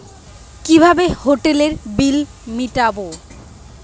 কিভাবে হোটেলের বিল মিটাব?